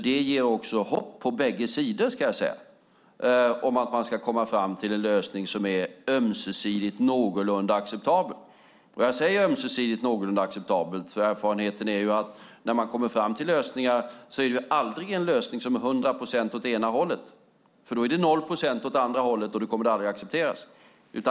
Det ger också hopp på bägge sidor att man ska komma fram till en lösning som är ömsesidigt någorlunda acceptabel. Jag säger ömsesidigt någorlunda acceptabel eftersom erfarenheten är att när man kommer fram till lösningar är det aldrig en lösning som är 100 procent åt det ena hållet. Då är det 0 procent åt det andra hållet, och det kommer aldrig att accepteras.